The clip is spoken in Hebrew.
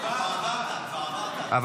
התשפ"ד 2024,